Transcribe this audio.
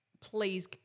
Please